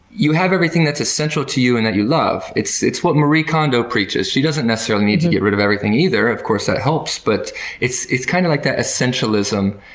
you have everything that's essential to you and that you love. it's it's what marie kondo preaches, she doesn't necessarily need to get rid of everything either of course, that helps but it's it's kind of like that essentialism